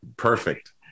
perfect